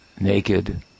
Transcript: naked